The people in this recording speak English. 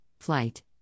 Flight